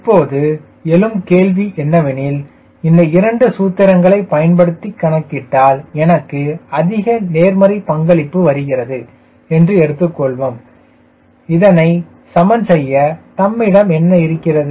இப்போது எழும் கேள்வி என்னவெனில் இந்த இரண்டு சூத்திரங்களை பயன்படுத்தி கணக்கிட்டால் எனக்கு அதிக நேர்மறை பங்களிப்பு வருகிறது என்று எடுத்துக் கொள்வோம் இதனை சமன் செய்ய தம்மிடம் என்ன இருக்கிறது